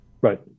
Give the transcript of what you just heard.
Right